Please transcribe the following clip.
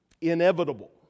inevitable